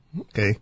Okay